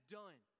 done